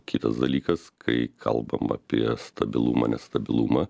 kitas dalykas kai kalbam apie stabilumą nestabilumą